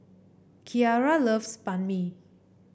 Keara loves Banh Mi